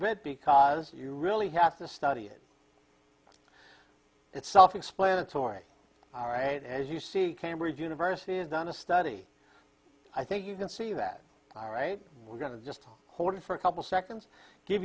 bit because you really have to study it it's self explanatory all right as you see cambridge university done a study i think you can see that all right we're going to just hold it for a couple seconds give